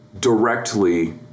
directly